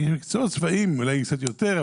מקצועות צבאיים אולי קצת יותר,